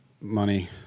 money